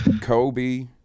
Kobe